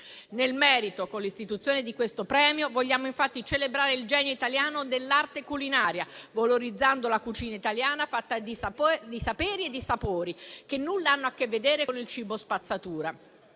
Nel merito, con l'istituzione di questo premio vogliamo infatti celebrare il genio italiano dell'arte culinaria, valorizzando la cucina italiana fatta di saperi e di sapori che nulla hanno a che vedere con il cibo spazzatura,